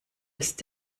ist